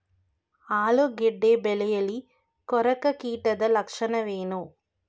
ಆಲೂಗೆಡ್ಡೆ ಬೆಳೆಯಲ್ಲಿ ಕೊರಕ ಕೀಟದ ಲಕ್ಷಣವೇನು?